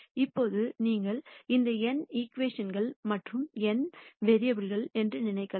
இப்போது நீங்கள் இதை n ஈகிவேஷன் கள் மற்றும் n மாறிகள் என்று நினைக்கலாம்